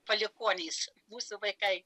palikuonys mūsų vaikai